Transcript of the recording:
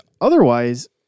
otherwise